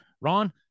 Ron